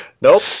Nope